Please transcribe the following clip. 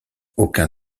aucun